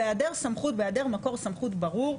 בהיעדר מקור סמכות ברור,